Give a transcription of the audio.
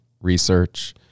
research